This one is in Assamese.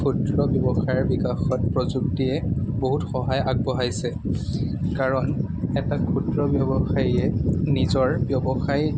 ক্ষুদ্ৰ ব্যৱসায়ৰ বিকাশত প্ৰযুক্তিয়ে বহুত সহায় আগবঢ়াইছে কাৰণ এটা ক্ষুদ্ৰ ব্যৱসায়ীয়ে নিজৰ ব্যৱসায়